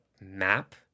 map